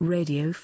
Radio